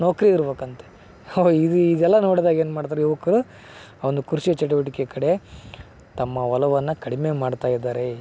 ನೌಕರಿ ಇರಬೇಕಂತೆ ಹೊ ಇದು ಇದೆಲ್ಲ ನೋಡ್ದಾಗ ಏನು ಮಾಡ್ತಾರೆ ಯುವಕರು ಆ ಒಂದು ಕೃಷಿಯ ಚಟುವಟಿಕೆಯ ಕಡೆ ತಮ್ಮ ಒಲವನ್ನು ಕಡಿಮೆ ಮಾಡ್ತಾ ಇದ್ದಾರೆ